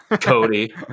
Cody